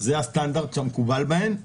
זה הסטנדרט המקובל בהן.